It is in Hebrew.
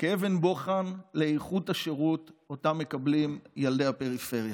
כאבן בוחן לאיכות השירות שמקבלים ילדי הפריפריה: